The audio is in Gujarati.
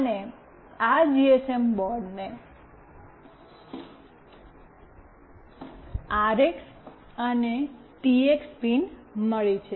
અને આ જીએસએમ બોર્ડને આરએક્સ અને ટીએક્સ પિન મળી છે